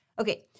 Okay